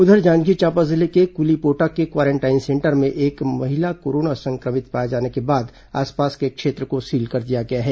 उधर जांजगीर चांपा जिले के कुलीपोटा के क्वारेंटाइन सेंटर में एक महिला कोरोना संक्रमित पाए जाने के बाद आसपास के क्षेत्र को सील कर दिया गया है